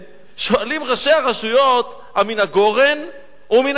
שואלים ראשי הרשויות: המן הגורן או מן היקב?